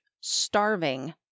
starving